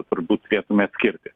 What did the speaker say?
turbūt turėtume atskirti